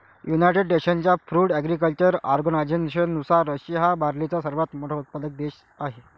United नेशन्सच्या food agriculture ऑर्गनायझेशननुसार, Russia हा बार्लीचा सर्वात मोठा उत्पादक आहे